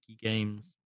games